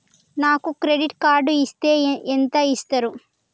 నాకు credit card ఇస్తే ఎంత ఇస్తరు?